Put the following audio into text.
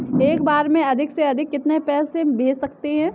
एक बार में अधिक से अधिक कितने पैसे भेज सकते हैं?